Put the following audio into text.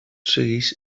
segueix